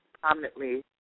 prominently